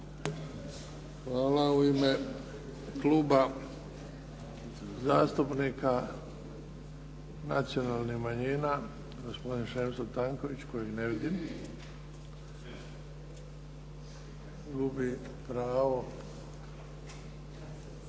Hvala. U ime Kluba zastupnika nacionalnih manjina, gospodin Šemso Tanković, kojeg ne vidim. Gubi pravo.